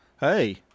Hey